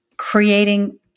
creating